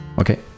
Okay